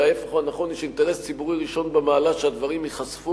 אלא ההיפך הוא הנכון: יש אינטרס ציבורי ראשון במעלה שהדברים ייחשפו,